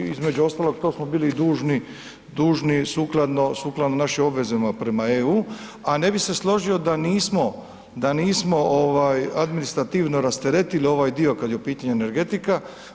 Između ostalog to smo i bili dužni, dužni sukladno našim obvezama prema EU, a ne bi se složio da nismo administrativno rasteretili ovaj dio kad je u pitanju energetika.